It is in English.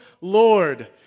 Lord